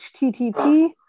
http